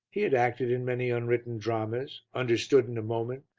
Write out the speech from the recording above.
he had acted in many unwritten dramas, understood in a moment,